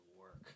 work